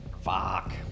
Fuck